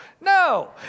No